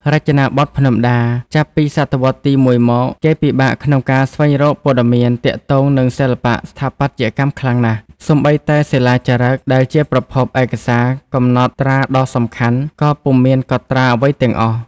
រចនាបថភ្នំដា ចាប់ពីសតវត្សទី ១ មកគេពិបាកក្នុងការស្វែងរក ព័ត៌មានទាក់ទងនឹងសិល្បៈស្ថាបត្យកម្មខ្លាំងណាស់ សូម្បីតែសិលាចារឹកដែលជាប្រភព ឯកសារកំណត់ត្រាដ៏សំខាន់ ក៏ពុំមានកត់ត្រាអ្វីទាំងអស់។